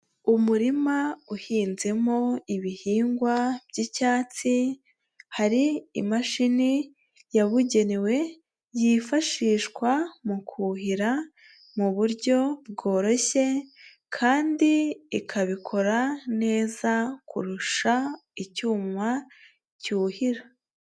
Umurima uhinzemo ibihingwa by'icyatsi, hari imashini yabugenewe yifashishwa mu kuhira, mu buryo bworoshye kandi ikabikora neza kurusha icyuma cyuhira.